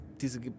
diese